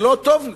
זה לא טוב לי,